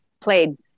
played